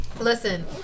Listen